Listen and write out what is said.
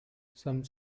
some